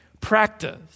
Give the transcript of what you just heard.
practice